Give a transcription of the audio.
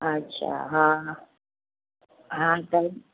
अच्छा हा हा त